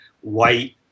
white